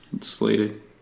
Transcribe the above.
slated